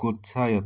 Gochhayat